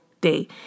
day